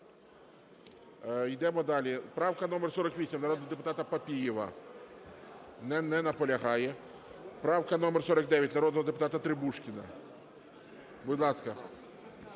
Йдемо далі. Правка номер 48, народного депутата Папієва. Не наполягає. Правка номер 49, народного депутата Требушкіна. Будь ласка.